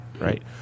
right